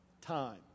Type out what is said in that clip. time